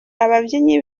ababyinnyi